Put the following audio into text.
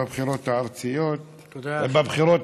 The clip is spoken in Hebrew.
שוכרן.